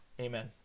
amen